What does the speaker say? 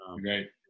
Great